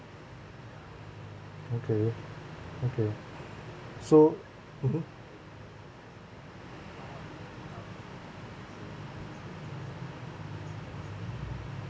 okay okay so mmhmm